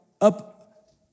up